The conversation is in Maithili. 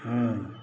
हँ